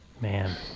Man